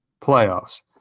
playoffs